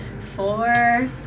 Four